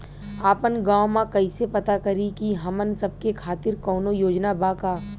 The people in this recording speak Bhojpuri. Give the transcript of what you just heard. आपन गाँव म कइसे पता करि की हमन सब के खातिर कौनो योजना बा का?